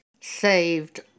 saved